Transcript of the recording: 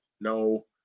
No